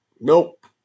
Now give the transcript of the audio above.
Nope